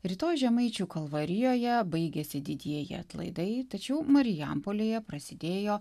rytoj žemaičių kalvarijoje baigiasi didieji atlaidai tačiau marijampolėje prasidėjo